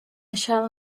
shall